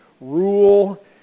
Rule